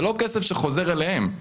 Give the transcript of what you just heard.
זה לא כסף שחוזר אליהם,